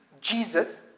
Jesus